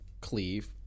cleave